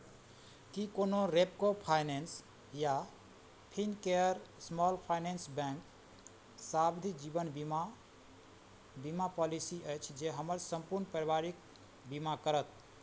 की कोनो रेपको फाइनेंस या Fincare small finance bank सावधि जीवन बीमा बीमा पॉलिसी अछि जे हमर सम्पूर्ण पारिवारिक बीमा करत